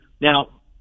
Now